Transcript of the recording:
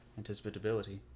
Anticipatability